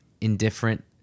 indifferent